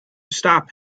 stop